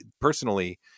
personally